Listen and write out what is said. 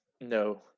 No